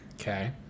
Okay